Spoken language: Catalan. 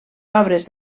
obres